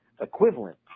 equivalent